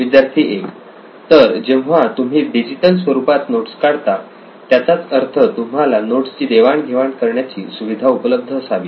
विद्यार्थी 1 तर जेव्हा तुम्ही डिजिटल स्वरूपात नोट्स काढता त्याचाच अर्थ तुम्हाला नोट्स ची देवाण घेवाण करण्याची सुविधा उपलब्ध असावी